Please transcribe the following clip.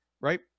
right